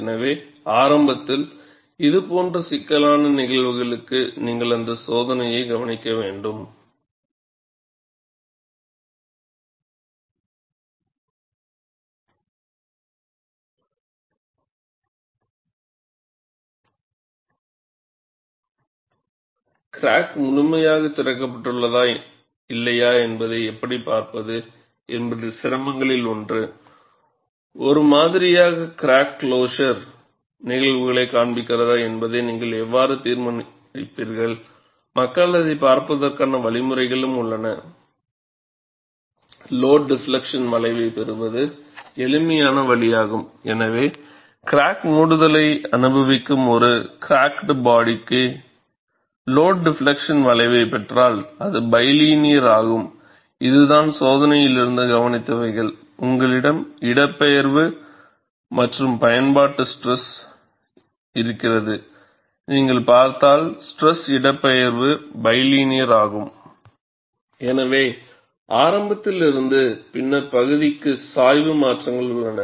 எனவே ஆரம்பத்தில் இதுபோன்ற சிக்கலான நிகழ்வுகளுக்கு நீங்கள் சோதனையை கவனிக்க வேண்டும் எனவே ஆரம்பத்திலிருந்து பின்னர் பகுதிக்கு சாய்வு மாற்றங்கள் உள்ளன